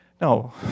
no